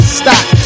stop